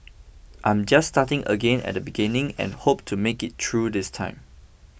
I'm just starting again at the beginning and hope to make it through this time